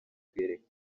kwiyereka